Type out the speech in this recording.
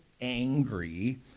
angry